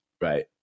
right